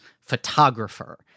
photographer